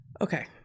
Okay